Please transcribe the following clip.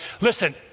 Listen